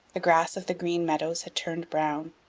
the grass of the green meadows had turned brown.